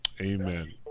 Amen